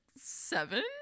seven